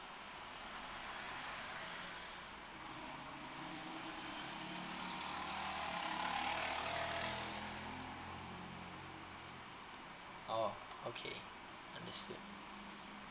oh okay understood